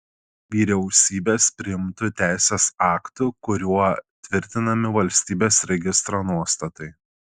vyriausybės priimtu teisės aktu kuriuo tvirtinami valstybės registro nuostatai